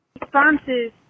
Responses